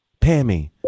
Pammy